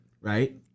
right